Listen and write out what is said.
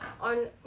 on